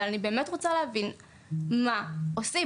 אני באמת רוצה להבין: מה עושים?